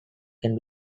can